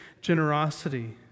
Generosity